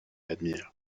admire